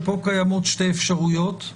פה קיימות שתי אפשרויות: